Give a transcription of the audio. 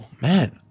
man